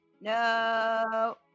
No